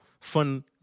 fun